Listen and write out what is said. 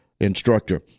instructor